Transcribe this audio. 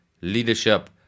leadership